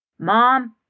Mom